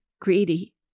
greedy